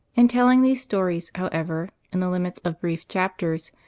in telling these stories, however, in the limits of brief chapters,